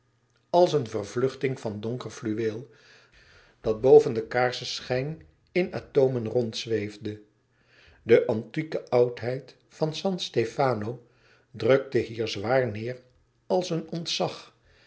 als een vervluchtiging van donker fluweel dat boven den kaarsenschijn in atomen rondzweefde de antieke oudheid van san stefano drukte hier zwaar neêr als een ontzag